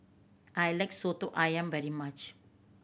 I like Soto Ayam very much